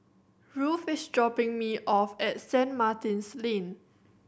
Ruthe is dropping me off at Saint Martin's Lane